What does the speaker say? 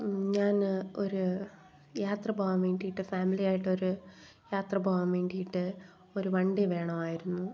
ഞാന് ഒരു യാത്ര പോവാൻ വേണ്ടീട്ട് ഫാമിലി ആയിട്ടൊരു യാത്ര പോകാൻ വേണ്ടീട്ട് ഒരു വണ്ടി വേണമായിരുന്നു